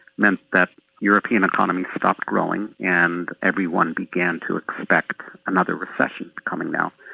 meant that european economies stopped growing and everyone began to expect another recession coming now.